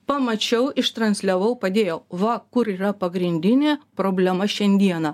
pamačiau ištransliavau padėjo va kur yra pagrindinė problema šiandieną